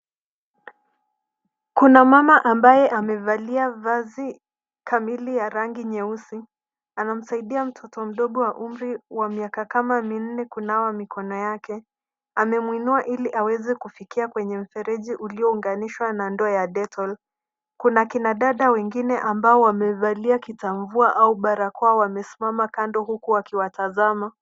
Kuna mama ambaye amevalia vazi kamili ya rangi nyeusi, anamsaidia mtoto mdogo wa umri wa miaka kama minne kunawa mikono yake, amemuinua ili aweze kufikia kwenye mfereji uliounganishwa na ndoo ya dettol. Kuna wanadada wengine waliovalia kita mvua au barakoa wamesimama kando huku wakiwatazama.